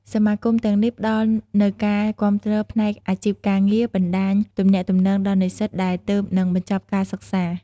សមាគមទាំងនេះផ្ដល់នូវការគាំទ្រផ្នែកអាជីពការងារ បណ្តាញទំនាក់ទំនងដល់និស្សិតដែលទើបនឹងបញ្ចប់ការសិក្សា។